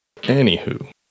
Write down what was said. Anywho